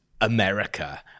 America